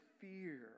fear